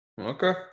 Okay